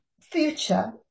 future